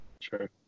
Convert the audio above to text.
Sure